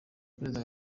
perezida